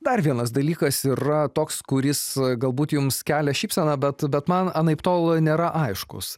dar vienas dalykas yra toks kuris galbūt jums kelia šypseną bet bet man anaiptol nėra aiškus